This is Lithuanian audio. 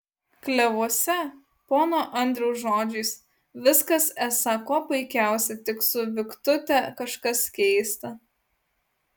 klevuose pono andriaus žodžiais viskas esą kuo puikiausia tik su viktute kažkas keista